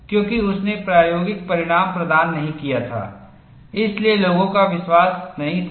क्योंकि उसने प्रायोगिक परिणाम प्रदान नहीं किया था इसलिए लोगों का विश्वास नहीं था